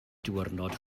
diwrnod